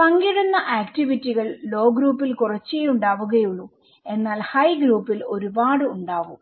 പങ്കിടുന്ന ആക്ടിവിറ്റികൾ ലോ ഗ്രൂപ്പിൽ കുറച്ചേ ഉണ്ടാവുകയുള്ളൂ എന്നാൽ ഹൈ ഗ്രൂപ്പിൽ ഒരുപാട് ഉണ്ടാവും